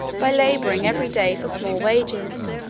by labouring every day for small wages,